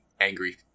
angry